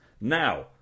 Now